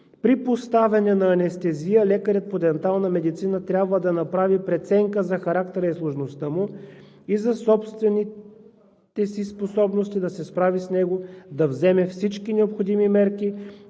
при поставяне на анестезия лекарят по дентална медицина трябва да направи преценка за характера и сложността му и за собствените си способности да се справи с него, да вземе всички необходими мерки,